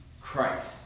Christ